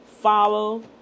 follow